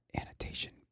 annotation